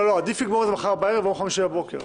עדיף לסיים את זה מחר בערב או ביום חמישי בבוקר.